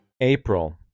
April